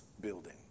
building